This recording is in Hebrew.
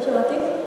לא שמעתי.